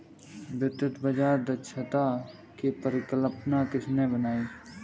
वित्तीय बाजार दक्षता की परिकल्पना किसने बनाई?